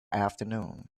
afternoon